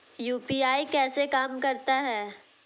UPI कैसे काम करता है?